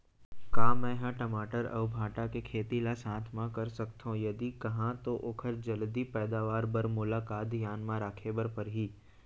का मै ह टमाटर अऊ भांटा के खेती ला साथ मा कर सकथो, यदि कहाँ तो ओखर जलदी पैदावार बर मोला का का धियान मा रखे बर परही?